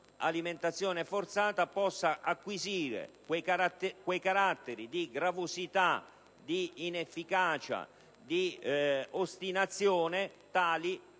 un'alimentazione forzata può acquisire quei caratteri di gravosità, inefficacia ed ostinazione tali